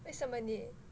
为什么你